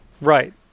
Right